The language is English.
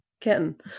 kitten